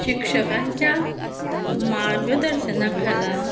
शिक्षकांच्या मार्गदर्शना खाला